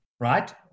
right